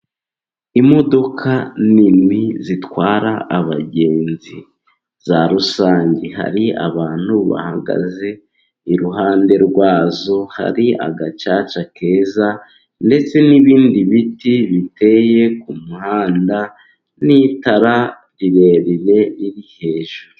Imodoka nini zitwara abagenzi ,za rusange. Hari abantu bahagaze iruhande rwazo. Hari agacaca keza ndetse n'ibindi biti biteye ku muhanda n'itara rirerire riri hejuru.